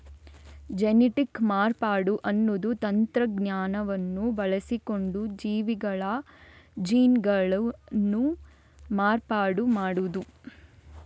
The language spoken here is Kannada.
ಜೆನೆಟಿಕ್ ಮಾರ್ಪಾಡು ಅನ್ನುದು ತಂತ್ರಜ್ಞಾನವನ್ನ ಬಳಸಿಕೊಂಡು ಜೀವಿಗಳ ಜೀನ್ಗಳನ್ನ ಮಾರ್ಪಾಡು ಮಾಡುದು